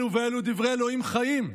אלו ואלו דברי אלוהים חיים,